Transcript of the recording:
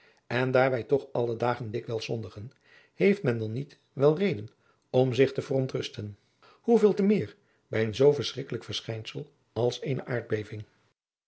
en daar wij toch alle dagen dikwijls zondigen heeft men dan niet wel reden om zich te verontrusten hoeveel te meer bij een zoo verschrikkelijk verschijnsel als eene aardbeving